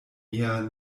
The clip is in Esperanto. mia